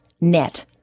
net